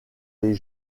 les